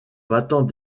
battant